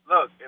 look